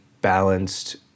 balanced